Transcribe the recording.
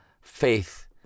faith